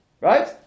Right